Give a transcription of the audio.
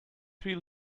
feel